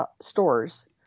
stores